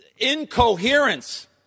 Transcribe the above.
Incoherence